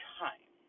time